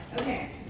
Okay